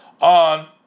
on